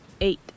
Eight